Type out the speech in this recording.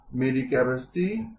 मेरी कैपेसिटी कैसे बदलती है